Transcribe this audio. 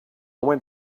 went